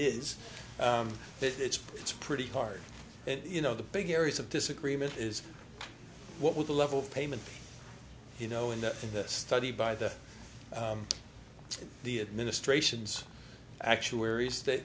it's it's pretty hard and you know the big areas of disagreement is what with the level of payment you know in the in the study by the the administration's actuary state